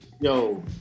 yo